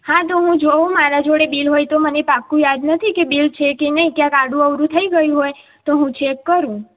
હા તો હું જોવું મારા જોડે બિલ હોય તો મને પાકું યાદ નથી કે બિલ છે કે નહીં ક્યાંક આડું અવળું થઇ ગયું હોય તો હું ચેક કરું